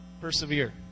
persevere